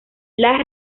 las